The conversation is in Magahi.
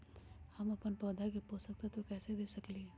हम अपन पौधा के पोषक तत्व कैसे दे सकली ह?